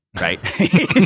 right